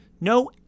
no